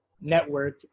network